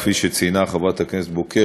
כפי שציינה חברת הכנסת בוקר,